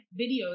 videos